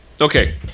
okay